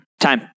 Time